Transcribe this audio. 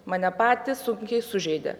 mane patį sunkiai sužeidė